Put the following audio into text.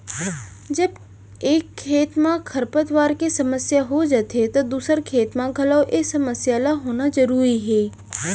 जब एक खेत म खरपतवार के समस्या हो जाथे त दूसर खेत म घलौ ए समस्या ल होना जरूरी हे